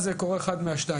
אז קורה אחד מהשניים,